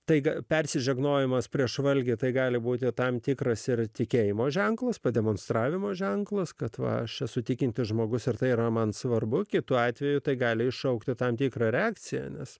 taigi persižegnojama prieš valgį tai gali būti tam tikras ir tikėjimo ženklas pademonstravimo ženklas kad va aš esu tikintis žmogus ir tai yra man svarbu kitu atveju tai gali iššaukti tam tikrą reakciją nes